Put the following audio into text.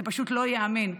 זה פשוט לא ייאמן.